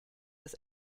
des